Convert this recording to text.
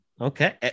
Okay